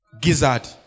gizzard